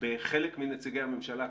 חלק מנציגי הממשלה,